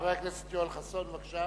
חבר הכנסת יואל חסון, בבקשה,